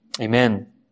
Amen